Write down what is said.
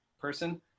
person